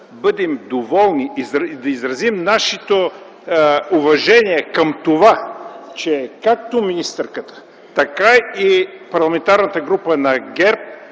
бъдем доволни и да изразим нашето уважение към това, че както министърът, така и Парламентарната група на ГЕРБ,